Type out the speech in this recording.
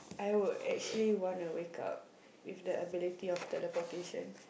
I would actually want to wake up with the ability of teleportation